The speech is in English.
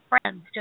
friends